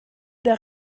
der